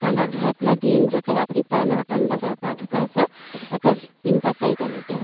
কাণত ধৰাই পেলাই দিনটো একে ৰাতিপুৱা নটামান বজাৰ পৰা আঁঠু কঢ়াইছে একে তিনটা চাৰিটালৈকে